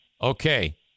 Okay